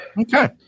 Okay